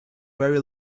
very